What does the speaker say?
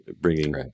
bringing